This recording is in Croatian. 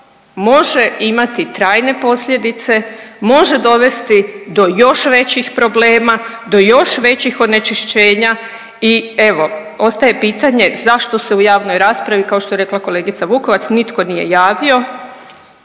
može imati trajne posljedice, može dovesti do još većih problema, do još većih onečišćenja i evo ostaje pitanje zašto se u javnoj raspravi kao što je rekla kolegica Vukovac nitko nije javio